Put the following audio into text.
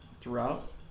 throughout